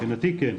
מבחינתי כן.